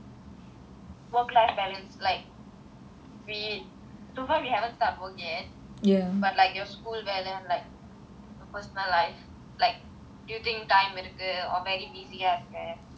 work life balance like we so far we haven't start work yet but like your school and then like your personal life like do you think time இருக்கு:irukku or very busy like that